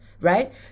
right